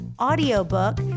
audiobook